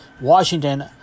Washington